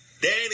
Danny